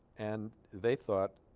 and they thought